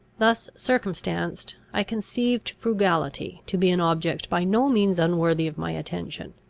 thus circumstanced, i conceived frugality to be an object by no means unworthy of my attention,